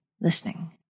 listening